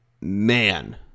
man